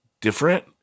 different